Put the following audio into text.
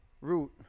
root